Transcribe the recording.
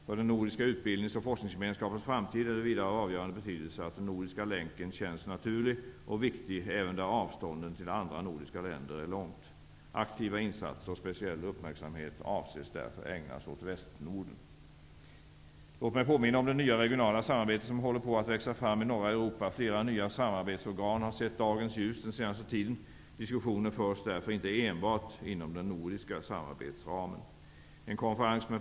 För den nordiska utbildnings och forskningsgemenskapens framtid är det vidare av avgörande betydelse att den nordiska länken känns naturlig och viktig även där avstånden till andra nordiska länder är långt. Aktiva insatser och speciell uppmärksamhet avses därför ägnas åt Västnorden. Låt mig påminna om det nya regionala samarbete som håller på att växa fram i norra Europa. Flera nya samarbetsorgan har sett dagens ljus den senaste tiden. Diskussioner förs därför inte enbart inom den nordiska samarbetsramen.